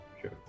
sure